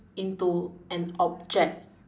into an object